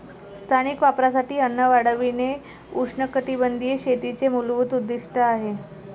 स्थानिक वापरासाठी अन्न वाढविणे उष्णकटिबंधीय शेतीचे मूलभूत उद्दीष्ट आहे